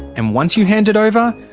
and once you hand it over,